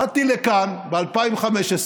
באתי לכאן ב-2015,